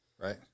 right